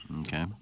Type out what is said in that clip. Okay